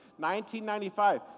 1995